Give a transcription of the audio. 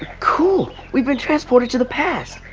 cool, we've been transported to the past!